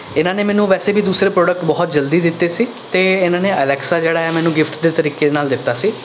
ਇਹਨਾਂ ਨੇ ਮੈਨੂੰ ਵੈਸੇ ਵੀ ਦੂਸਰੇ ਪ੍ਰੋਡਕਟ ਬਹੁਤ ਜਲਦੀ ਦਿੱਤੇ ਸੀ ਅਤੇ ਇਹਨਾਂ ਨੇ ਅਲੈਕਸਾ ਜਿਹੜਾ ਹੈ ਮੈਨੂੰ ਗਿਫ਼ਟ ਦੇ ਤਰੀਕੇ ਨਾਲ ਦਿੱਤਾ ਸੀ